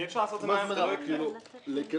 אי אפשר לעשות את זה מהיום להיום, זה לא יקרה.